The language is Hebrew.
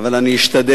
אבל אני אשתדל.